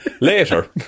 Later